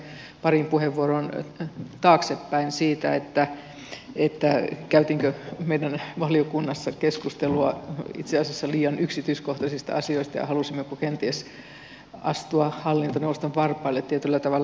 mutta minä palaisin pariin puheenvuoroon taaksepäin siitä käytiinkö meidän valiokunnassa keskustelua itse asiassa liian yksityiskohtaisista asioista ja halusimmeko kenties astua hallintoneuvoston varpaille tietyllä tavalla